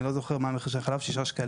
אני לא זוכר מה המחיר של החלב, 6 שקלים.